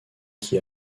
qui